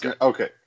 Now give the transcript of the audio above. Okay